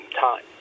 time